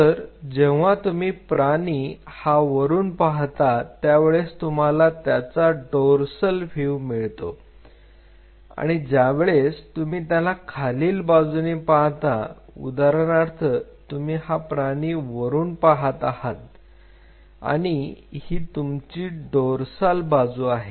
तर जेव्हा तुम्ही प्राणी हा वरून पाहता त्या वेळेस तुम्हाला त्याचा डोर्साल व्ह्यू मिळतो आणि ज्यावेळेस तुम्ही त्याला खालील बाजूने पाहता उदाहरणार्थ तुम्ही हा प्राणी वरून पाहत आहात आणि ही तुमची डोर्साल बाजू आहे